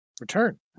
return